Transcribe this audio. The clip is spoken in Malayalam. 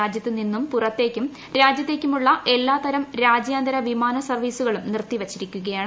രാജൃത്ത് നിന്നു പുറത്തേക്കും രാജൃത്തേക്കുമുള്ള എല്ലാ തരം രാജ്യാന്തര വിമാന സർവീസുകളും നിർത്തിവച്ചിരിക്കുകയാണ്